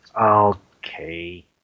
Okay